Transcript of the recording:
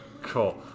cool